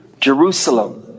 Jerusalem